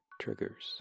Triggers